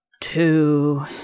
Two